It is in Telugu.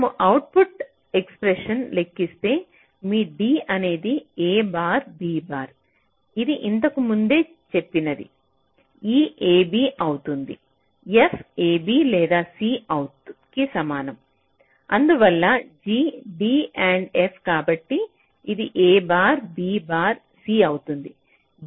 మనము అవుట్పుట్ ఎక్స్ప్రెషన్ లెక్కిస్తే మీ d అనేది a బార్ b బార్ ఇది ఇంతకు ముందే చెప్పినది e ab అవుతుంది f ab లేదా c కి సమానం అందువల్ల g d AND f కాబట్టి ఇది a bar b bar c అవుతుంది